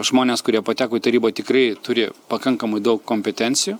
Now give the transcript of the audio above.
žmonės kurie pateko į tarybą tikrai turi pakankamai daug kompetencijų